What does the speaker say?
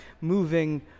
moving